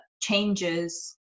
changes